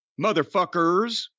motherfuckers